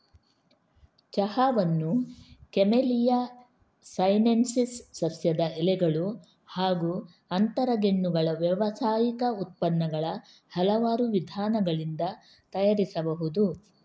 ಚಹಾವನ್ನು camellia sinensis ಸಸ್ಯದ ಎಲೆಗಳು ಹಾಗೂ ಅಂತರಗೆಣ್ಣುಗಳ ವ್ಯಾವಸಾಯಿಕ ಉತ್ಪನ್ನಗಳ ಹಲವಾರು ವಿಧಾನಗಳಿಂದ ತಯಾರಿಸಬಹುದು